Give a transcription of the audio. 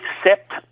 accept